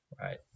right